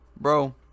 bro